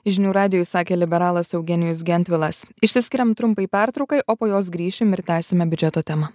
žinių radijui sakė liberalas eugenijus gentvilas išsiskiriam trumpai pertraukai o po jos grįšim ir tęsime biudžeto temą